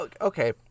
okay